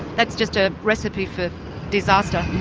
that's just a recipe for disaster